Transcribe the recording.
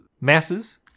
masses